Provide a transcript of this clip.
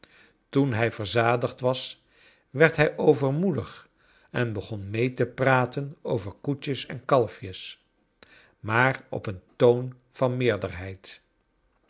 toen hij verzadigd was werd hij overmoedig en begon mee te praten over koetjes en kalfjes maar op een toon van meerderheid